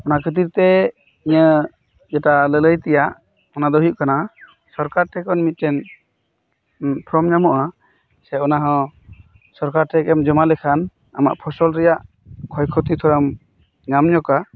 ᱚᱱᱟ ᱠᱷᱟᱹᱛᱤᱨ ᱛᱮ ᱤᱧᱟᱹᱜ ᱡᱮᱴᱟ ᱞᱟᱹᱞᱟᱹᱭ ᱛᱮᱭᱟᱜ ᱚᱱᱟ ᱫᱚ ᱦᱩᱭᱩᱜ ᱠᱟᱱᱟ ᱥᱚᱨᱠᱟᱨᱴᱷᱮᱱ ᱠᱷᱚᱱ ᱢᱤᱫᱴᱮᱝ ᱯᱷᱚᱨᱚᱢ ᱧᱟᱢᱚᱜᱼᱟ ᱚᱱᱟ ᱦᱚᱸ ᱥᱚᱨᱠᱟᱨ ᱴᱷᱮᱡ ᱜᱮᱢ ᱡᱚᱢᱟ ᱞᱮᱠᱷᱟᱱ ᱟᱢᱟᱜ ᱯᱷᱚᱥᱚᱞ ᱨᱮᱭᱟᱜ ᱠᱷᱚᱭ ᱠᱷᱚᱛᱤ ᱛᱷᱚᱲᱟᱢ ᱧᱟᱢ ᱧᱚᱜᱟ